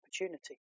opportunity